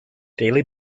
daily